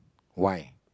why